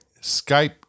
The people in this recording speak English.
Skype